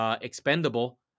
expendable